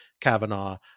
Kavanaugh